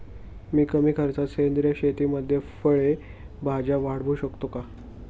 मी कमी खर्चात सेंद्रिय शेतीमध्ये फळे भाज्या वाढवू शकतो का?